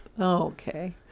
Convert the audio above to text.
Okay